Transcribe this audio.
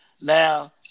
Now